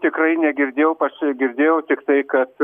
tikrai negirdėjau pasi girdėjau tiktai kad